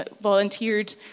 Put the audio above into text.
Volunteered